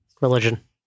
religion